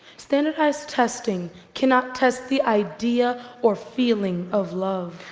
standardized testing cannot test the idea or feeling of love.